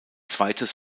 zweites